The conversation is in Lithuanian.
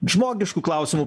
žmogišku klausimu